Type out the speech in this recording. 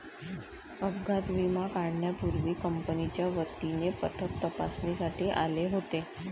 अपघात विमा काढण्यापूर्वी कंपनीच्या वतीने पथक तपासणीसाठी आले होते